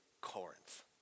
Corinth